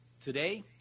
today